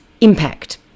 impact